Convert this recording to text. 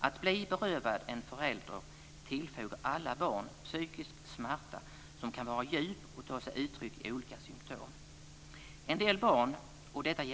Att bli berövad en förälder tillfogar alla barn psykisk smärta som kan vara djup och ta sig uttryck i olika symtom.